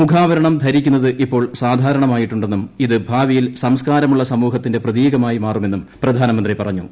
മുഖാവരണം ധരിക്കുന്നത് ഇപ്പോൾ സാധാരണമായിട്ടുണ്ടെന്നും ഇത് ഭാവിയിൽ സംസ്കാരമുള്ള സമൂഹത്തിന്റെ പ്രതീകമായി മാറുമെന്നും പ്രധാനമന്ത്രി പറഞ്ഞു